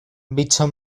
bicho